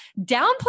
downplay